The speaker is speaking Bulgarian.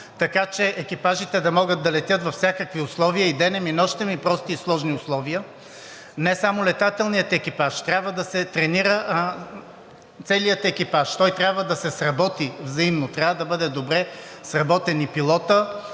така че екипажите да могат да летят във всякакви условия, денем и нощем, и в прости и сложни условия. Не само летателният екипаж, трябва да се тренира целият екипаж. Той трябва да се сработи взаимно. Трябва да бъде добре сработен и пилотът,